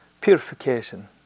purification